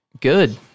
Good